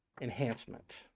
enhancement